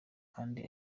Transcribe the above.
kandi